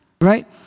right